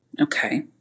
Okay